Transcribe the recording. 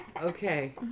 Okay